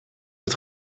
het